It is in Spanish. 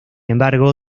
embargo